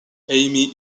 amy